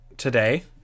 today